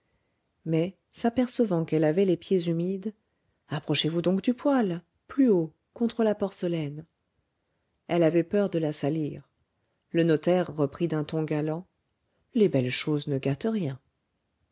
mais s'apercevant qu'elle avait les pieds humides approchez-vous donc du poêle plus haut contre la porcelaine elle avait peur de la salir le notaire reprit d'un ton galant les belles choses ne gâtent rien